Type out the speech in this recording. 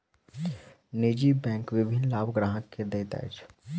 निजी बैंक विभिन्न लाभ ग्राहक के दैत अछि